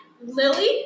Lily